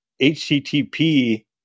HTTP